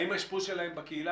האם האשפוז שלהם בקהילה,